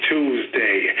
Tuesday